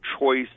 choice